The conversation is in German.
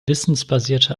wissensbasierte